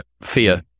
fear